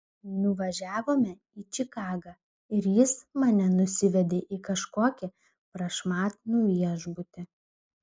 nuvažiavome į čikagą ir jis mane nusivedė į kažkokį prašmatnų viešbutį